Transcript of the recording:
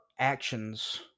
actions